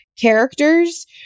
characters